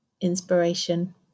inspiration